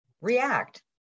react